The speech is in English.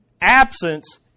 Absence